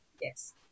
Yes